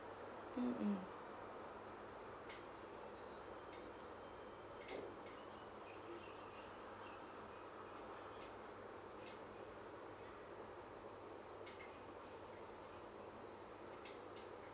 mm mm